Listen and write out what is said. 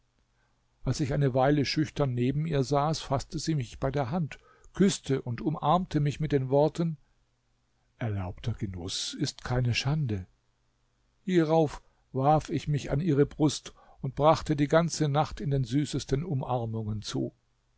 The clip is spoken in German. als ich eine weile schüchtern neben ihr saß faßte sie mich bei der hand küßte und umarmte mich mit den worten erlaubter genuß ist keine schande hierauf warf ich mich an ihre brust und brachte die ganze nacht in den süßesten umarmungen zu